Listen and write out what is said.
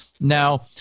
now